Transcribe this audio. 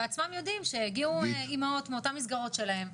הם בעצמם יודעים שהגיעו אימהות מאותן מסגרות שלהם,